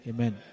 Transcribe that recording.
Amen